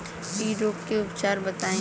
इ रोग के उपचार बताई?